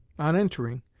on entering,